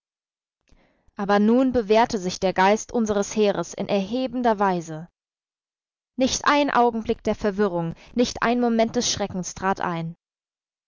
aber nun bewährte sich der geist unseres heeres in erhebender weise nicht ein augenblick der verwirrung nicht ein moment des schreckens trat ein